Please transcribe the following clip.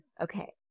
okay